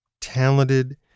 talented